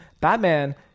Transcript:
Batman